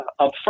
upfront